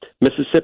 Mississippi